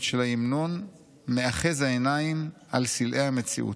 של ההמנון מאחז העיניים על סלעי המציאות.